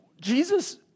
Jesus